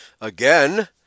Again